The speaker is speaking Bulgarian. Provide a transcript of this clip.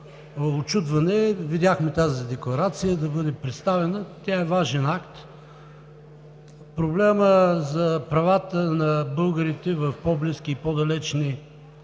учудване видяхме тази декларация да бъде представена – тя е важен акт. Проблемът за правата на българите в по-близки и по-далечни